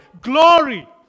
glory